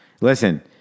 Listen